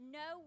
no